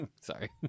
Sorry